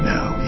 Now